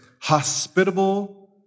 hospitable